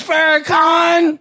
Farrakhan